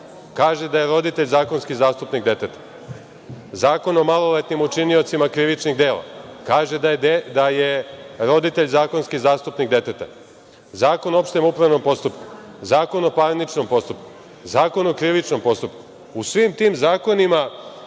kaže da je roditelj zakonski zastupnik deteta, Zakon o maloletnim učiniocima krivičnih dela kaže da je roditelj zakonski zastupnik deteta, Zakon o opštem upravnom postupku, Zakon o parničnom postupku, Zakon o krivičnom postupku.U svim tim zakonima